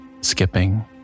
skipping